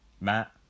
Matt